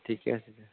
ঠিকে আছে